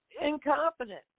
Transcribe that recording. incompetent